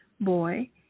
boy